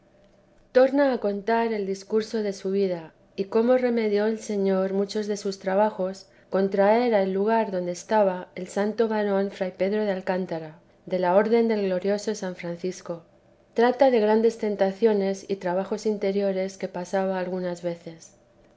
torna a contar el discurso de su vida y cómo remedió el señor muchos de sus trabajos con traer al lugar donde estaba al santo varón fray pedro de alcántara de la orden del glorioso san francisco trata de grandes tentaciones y trabajos interiores que pasaba algunas veces